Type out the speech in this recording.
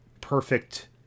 perfect